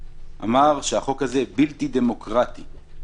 אמר שהחוק הזה בלתי דמוקרטי.